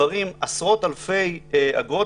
נצברות עשרות אלפי אגרות.